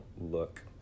look